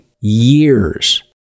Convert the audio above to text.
years